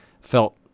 felt